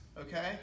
okay